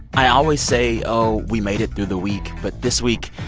i always say, oh, we made it through the week. but this week,